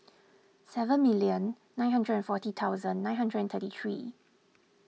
seven million nine hundred forty thousand nine hundred thirty three